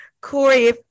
Corey